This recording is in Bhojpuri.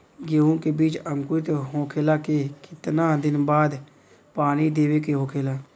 गेहूँ के बिज अंकुरित होखेला के कितना दिन बाद पानी देवे के होखेला?